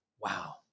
wow